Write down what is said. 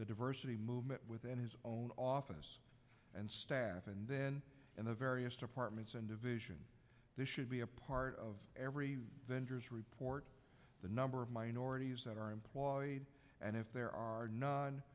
the diversity movement within his own office and staff and then in the various departments and division this should be a part of every vendor's report the number of minorities that are employed and if there are no